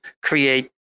create